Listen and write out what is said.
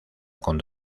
con